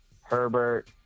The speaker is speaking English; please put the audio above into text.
Herbert